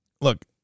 Look